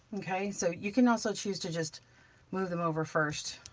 okay? so you can also choose to just move them over first,